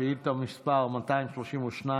שאילתה מס' 232,